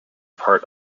part